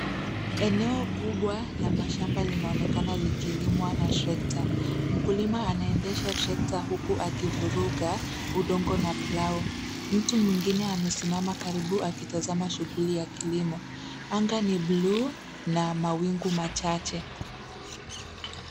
Eneo kubwa la mashamba linaonekana likilimwa na trekta. Mkulima anaendesha trekta huku akivuruga udongo na plau. Mtu mwingine amesimama karibu akitazama shughuli ya kilimo. Anga ni bluu na mawingu machache.